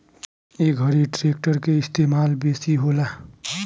ए घरी ट्रेक्टर के इस्तेमाल बेसी होला